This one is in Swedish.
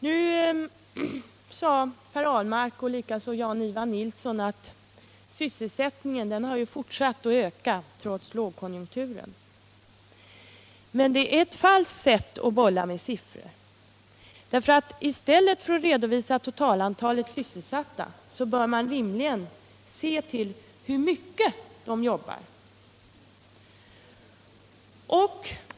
Nu sade Per Ahlmark och likaså Jan-Ivan Nilsson att sysselsättningen trots lågkonjunkturen har fortsatt att öka. Men det är ett falskt sätt att bolla med siffror. I stället för att redovisa totalantalet sysselsatta bör man rimligen se till hur mycket var och en jobbar.